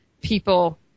people